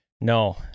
No